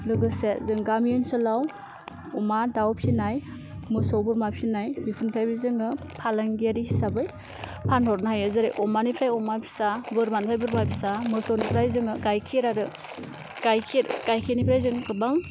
लोगोसे जों गामि ओनसोलाव अमा दाउ फिसिनाय मोसौ बोरमा फिसिनाय बिनिफ्रायबो जोङो फालांगियारि हिसाबै फानहरनो हायो जेरै अमानिफ्राय अमा फिसा बोरमानिफ्राय बोरमा फिसा मोसौनिफ्राय जोङो गायखेर आरो गायखेर गायखेरनिफ्राय जों गोबां